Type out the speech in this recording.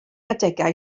adegau